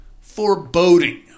foreboding